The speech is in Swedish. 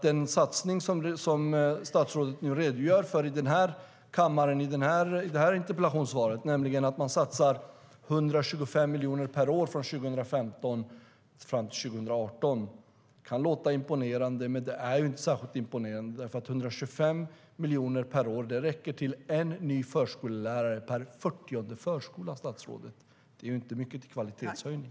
Den satsning som statsrådet nu redogör för i kammaren, i det här interpellationssvaret, nämligen att man satsar 125 miljoner per år från 2015 fram till 2018, kan låta imponerande. Men det är inte särskilt imponerande, för 125 miljoner per år räcker till en ny förskollärare per 40:e förskola, statsrådet. Det är inte mycket till kvalitetshöjning.